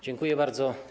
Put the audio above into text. Dziękuję bardzo.